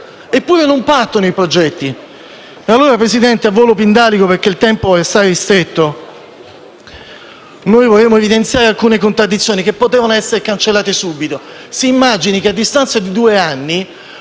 eppure i progetti non partono. Presidente, a volo pindarico perché il tempo è assai ristretto, vorremmo evidenziare alcune contraddizioni che potevano essere cancellate subito. Si immagini che a distanza di due anni